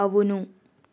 అవును